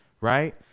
Right